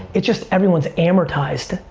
it's just, everyone's amortized.